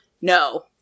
No